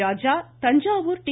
Raja Thanjavur D